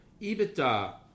EBITDA